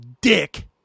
Dick